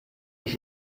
ich